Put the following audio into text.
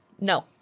No